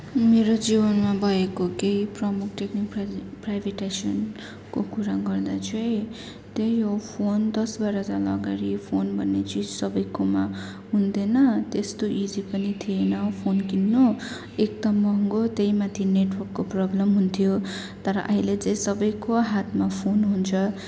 मेरो जीवनमा भएको केही प्रमुख टेकनिक प्राइवेटाइजेसनको कुरा गर्दा चाहिँ त्यही हो फोन दस बाह्र साल अगाडि फोन भन्ने चिज सबैकोमा हुन्थेन त्यस्तो इजी पनि थिएन फोन किन्नु एकदम महँगो त्यही माथि नेटवर्कको प्रब्लम हुन्थ्यो तर अहिले चाहिँ सबैको हातमा फोन हुन्छ